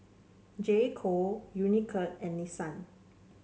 J Co Unicurd and Nissan